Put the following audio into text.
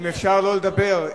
אפשר לא לדבר.